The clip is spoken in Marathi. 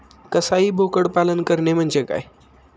कसाई बोकड पालन म्हणजे काय?